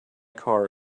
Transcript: car